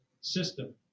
system